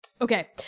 Okay